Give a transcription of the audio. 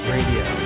Radio